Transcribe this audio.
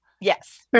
Yes